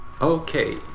okay